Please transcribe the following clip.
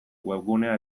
webgunea